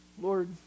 lord